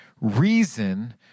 reason